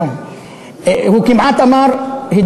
התגלו מים.